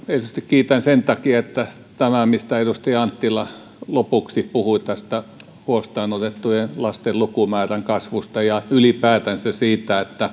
erityisesti kiitän sen takia että kun edustaja anttila lopuksi puhui tästä huostaan otettujen lasten lukumäärän kasvusta ja ylipäätänsä siitä